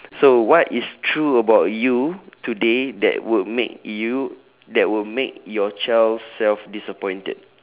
so what is true about you today that would make you that would make your child self disappointed